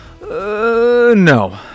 No